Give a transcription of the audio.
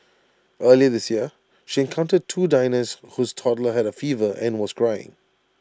earlier this year she encountered two diners whose toddler had A fever and was crying